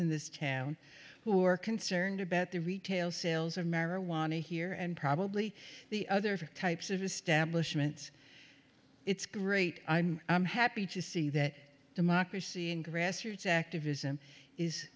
in this town who are concerned about the retail sales of marijuana here and probably the other types of establishment it's great i'm happy to see that democracy and grassroots activism is